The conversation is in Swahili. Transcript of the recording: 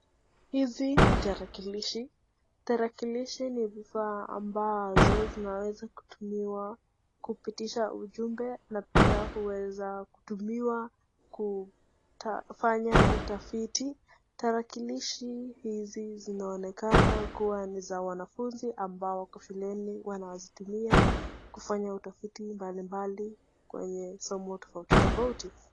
Hizi ni tarakilishi, tarakilishi ni vifaa ambazo zinaweza kutumiwa kupitisha ujumbe na pia huweza kutumiwa kufanya utafiti tarakilishi hizi zinazonekana kuwa ni za wanafaunzi ambao wako shuleni wanazitumia kufanya utafiti mbalimbali kwenye somo tofauti tofauti.